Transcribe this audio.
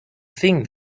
think